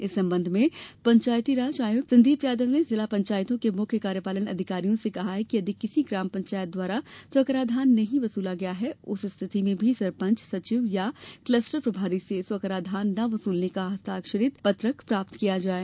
इस संबंध में पंचायत राज आयुक्त संदीप यादव ने जिला पंचायतों के मुख्य कार्यपालन अधिकारियों से कहा है कि यदि किसी ग्राम पंचायत द्वारा स्व कराधान नहीं वसूला गया है उस स्थिति में भी सरपंचसचिव अथवा क्लस्टर प्रभारी से स्व कराधान न वसूलने का हस्ताक्षरित पत्रक प्राप्त किया जाये